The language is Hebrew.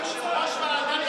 מה זה קשור אחד לשני?